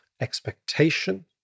expectation